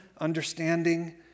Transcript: understanding